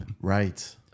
Right